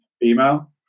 female